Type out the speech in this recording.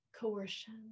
coercion